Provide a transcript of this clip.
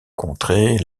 contrer